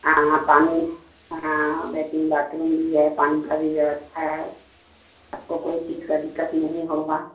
हाँ पानी हाँ लेट्रिन बाथरूम भी है पानी का भी व्यवस्था है आपको कोई चीज का दिक्कत नहीं होगा